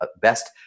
best